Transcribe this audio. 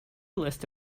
list